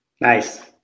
nice